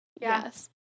Yes